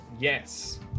Yes